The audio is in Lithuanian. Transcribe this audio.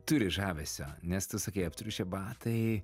turi žavesio nes tu sakei aptriušę batai